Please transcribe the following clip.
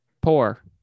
Poor